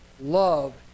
love